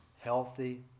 healthy